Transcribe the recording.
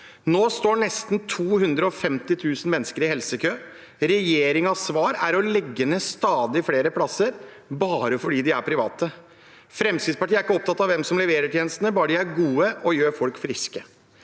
Nå står nesten 250 000 mennesker i helsekø. Regjeringens svar er å legge ned stadig flere plasser bare fordi de er private. Fremskrittspartiet er ikke opptatt av hvem som leverer tjenestene, bare de er gode og gjør folk friske.